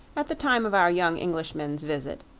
at the time of our young englishmen's visit,